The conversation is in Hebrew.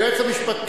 כי היועץ המשפטי,